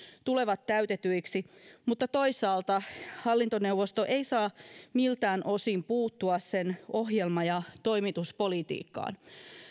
tulevat täytetyiksi mutta toisaalta hallintoneuvosto ei saa miltään osin puuttua sen ohjelma ja toimituspolitiikkaan